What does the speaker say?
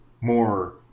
more